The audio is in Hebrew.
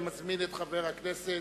אני מזמין את חבר הכנסת,